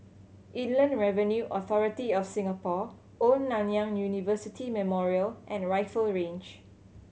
Inland Revenue Authority of Singapore Old Nanyang University Memorial and Rifle Range